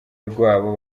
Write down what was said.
rwabo